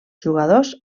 jugadors